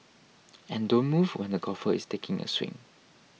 and don't move when the golfer is taking a swing